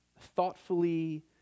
thoughtfully